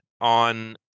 on